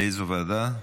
לאיזו ועדה?